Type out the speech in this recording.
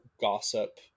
gossip